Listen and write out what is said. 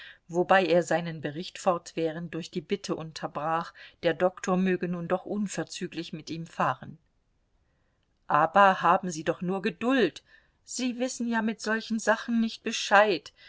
wobei er seinen bericht fortwährend durch die bitte unterbrach der doktor möge nun doch unverzüglich mit ihm fahren aber haben sie doch nur geduld sie wissen ja mit solchen sachen nicht bescheid